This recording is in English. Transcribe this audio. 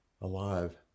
alive